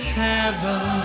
heaven